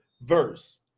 verse